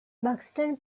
buxton